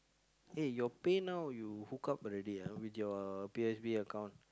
eh your Pay-Now you hook up already ah with your P_O_S_B account